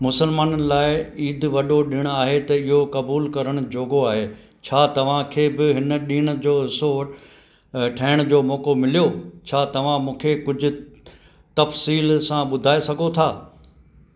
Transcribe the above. मुसलमाननि लाइ ईद वॾो ॾिणु आहे त इहो क़बूलु करणु जोॻो आहे छा तव्हां खे ब हिन ॾिण जो हिसो ठहण जो मौक़ो मिलियो छा तव्हां मूंखे कुझु तफ़सील सां ॿुधाए सघो था